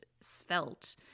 svelte